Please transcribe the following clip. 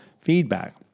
feedback